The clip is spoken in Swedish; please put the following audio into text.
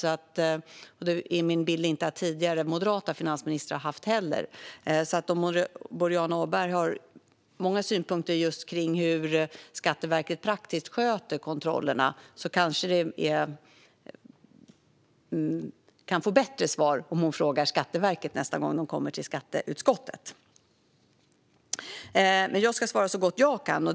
Min bild är att detta också har gällt tidigare, moderata, finansministrar. Om Boriana Åberg har många synpunkter på hur Skatteverket praktiskt sköter kontrollerna kanske hon kan få bättre svar om hon frågar Skatteverket nästa gång de kommer till skatteutskottet. Men jag ska svara så gott jag kan.